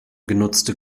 genutzte